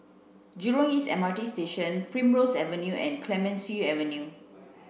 Jurong East M R T Station Primrose Avenue and Clemenceau Avenue